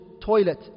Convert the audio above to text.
toilet